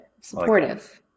Supportive